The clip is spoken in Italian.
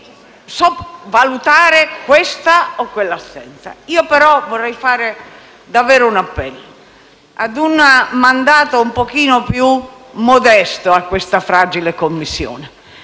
di valutare questa o quella assenza. Io però vorrei fare davvero un appello ad un mandato un pochino più modesto a questa fragile Commissione.